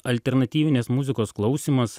alternatyvinės muzikos klausymas